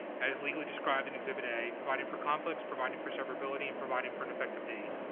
as legally described in exhibit a providing for conflicts providing for severability and providing for an effective date.